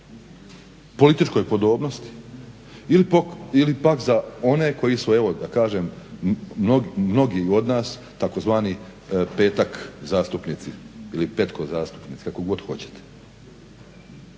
političkoj podobnosti ili pak za one koji su evo, mnogi od nas tzv. petak zastupnici ili petko zastupnici, kako god hoćete.